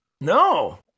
No